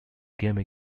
games